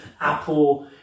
apple